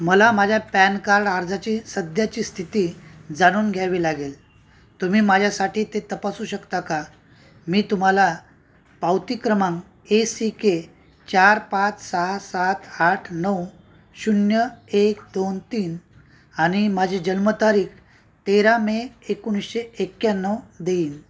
मला माझ्या PAN card अर्जाची सध्याची स्थिती जाणून घ्यावी लागेल तुम्ही माझ्यासाठी ते तपासू शकता का मी तुम्हाला पावती क्रमांक ए सी के चार पाच सहा सात आठ नऊ शून्य एक दोन तीन आणि माझी जन्मतारीख तेरा मे एकोणीसशे एक्याण्णव देईन